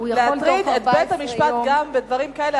להטריד את בית-המשפט גם בדברים כאלה,